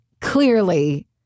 clearly